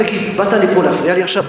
תגיד, באת לפה להפריע לי עכשיו?